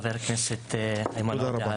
חבר הכנסת איימן עודה,